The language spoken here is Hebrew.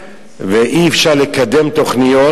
ואי-אפשר לקדם תוכניות,